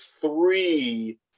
three